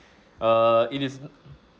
uh it is